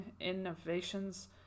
innovations